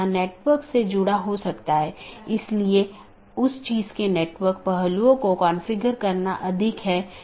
तो इस तरह से मैनाजैबिलिटी बहुत हो सकती है या स्केलेबिलिटी सुगम हो जाती है